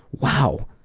wow.